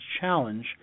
challenge